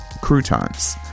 croutons